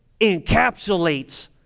encapsulates